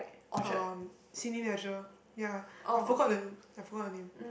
um Cineleisure ya I forgot the I forgot the name